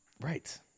Right